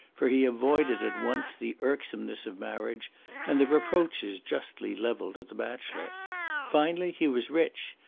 for he avoided at once the irksomeness of marriage and the reproaches justly levelled at the bachelor finally, he was rich,